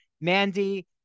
Mandy